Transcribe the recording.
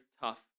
tough